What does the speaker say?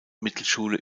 mittelschule